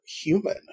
human